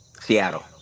Seattle